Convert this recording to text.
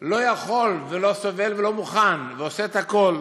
לא יכול ולא סובל ולא מוכן ועושה את הכול.